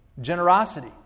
generosity